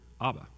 Abba